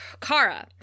Kara